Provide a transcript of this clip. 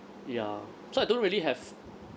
ya so I don't really have